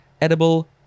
edible